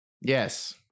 Yes